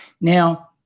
Now